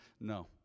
No